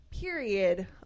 period